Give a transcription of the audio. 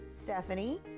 Stephanie